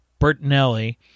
Bertinelli